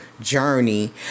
journey